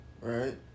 Right